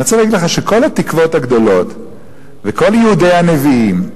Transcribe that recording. אני רוצה להגיד לך שכל התקוות הגדולות וכל ייעודי הנביאים,